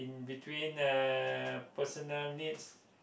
between uh personal needs